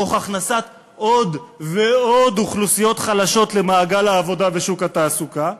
תוך הכנסת עוד ועוד אוכלוסיות חלשות למעגל העבודה ולשוק התעסוקה,